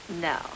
No